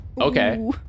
Okay